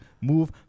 move